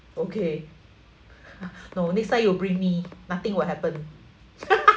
okay no next time you bring me nothing will happen